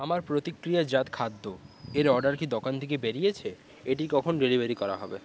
আমার প্রতিক্রিয়াজাত খাদ্য এর অর্ডার কি দোকান থেকে বেরিয়েছে এটি কখন ডেলিভারি করা হবে